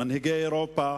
מנהיגי אירופה.